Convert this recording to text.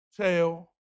tell